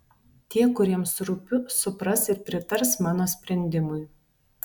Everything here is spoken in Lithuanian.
tie kuriems rūpiu supras ir pritars mano sprendimui